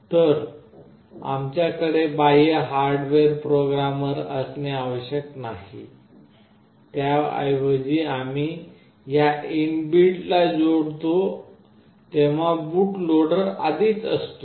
तर आमच्याकडे बाह्य हार्डवेअर प्रोग्रामर असणे आवश्यक नाही त्याऐवजी आम्ही या इनबिल्टला जोडतो तेव्हा बूट लोडर आधीच असतो